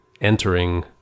entering